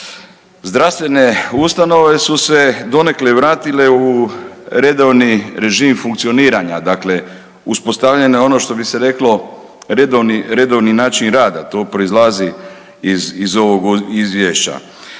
Zdravstvene ustanove su se donekle vratile u redovni režim funkcioniranja, dakle uspostavljen je ono što bi se reklo redovni način rada. To proizlazi iz ovog izvješća.